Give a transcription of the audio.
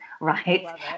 right